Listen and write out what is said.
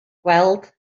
gweld